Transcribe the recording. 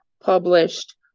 published